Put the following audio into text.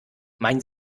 meinen